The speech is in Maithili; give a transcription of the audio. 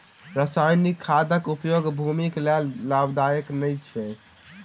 रासायनिक खादक उपयोग भूमिक लेल लाभदायक नै अछि